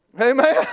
Amen